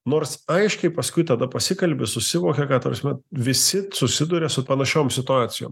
nors aiškiai paskui tada pasikalbi susivoki kad ta prasme visi susiduria su panašiom situacijom